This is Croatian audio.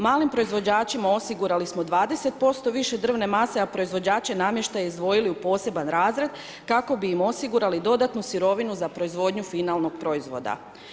Malim proizvođačima osigurali smo 20% više drvne mase, a proizvođače namještaja izdvojili u poseban razred, kako bi im osigurali dodatnu sirovinu za proizvodnju finalnog proizvoda.